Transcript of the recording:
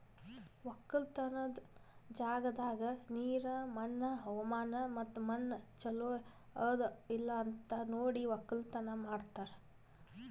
ಒಕ್ಕಲತನದ್ ಜಾಗದಾಗ್ ನೀರ, ಮಣ್ಣ, ಹವಾಮಾನ ಮತ್ತ ಮಣ್ಣ ಚಲೋ ಅದಾ ಇಲ್ಲಾ ಅಂತ್ ನೋಡಿ ಒಕ್ಕಲತನ ಮಾಡ್ತಾರ್